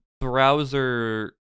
browser